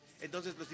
Entonces